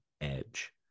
edge